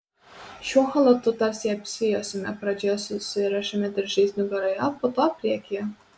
šiuo chalatu tarsi apsijuosiame pradžioje susirišame diržais nugaroje po to priekyje